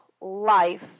life